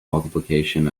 multiplication